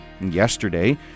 Yesterday